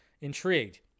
intrigued